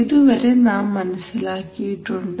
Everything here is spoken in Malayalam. ഇതുവരെ നാം മനസ്സിലാക്കിയിട്ടുണ്ട്